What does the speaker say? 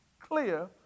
clear